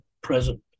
present